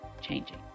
changing